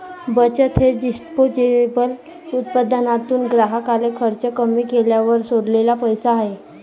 बचत हे डिस्पोजेबल उत्पन्नातून ग्राहकाचे खर्च कमी केल्यावर सोडलेला पैसा आहे